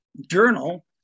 journal